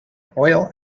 oil